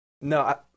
No